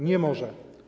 Nie może.